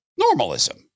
Normalism